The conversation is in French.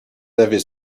avez